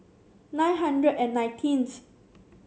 nine hundred and nineteenth